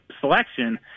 selection